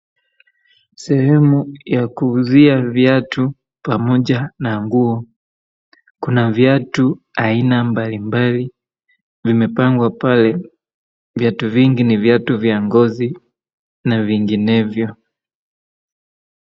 Sehemu ya kuuzia viatu pamoja na nguo .Kuna viatu aina mbalimbali vimepangwa pale viatu vingi ni viatu vya ngozi na vinginevyo.